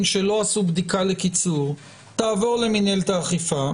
שלא עשו בדיקה לקיצור תעבור למינהלת האכיפה.